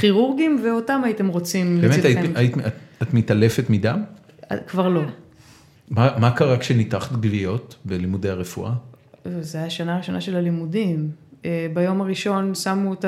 כירורגים, ואותם הייתם רוצים אצלכם... באמת, את מתעלפת מדם? כבר לא. מה קרה כשניתחת גוויות בלימודי הרפואה? זה היה שנה ראשונה של הלימודים. ביום הראשון שמו אותם...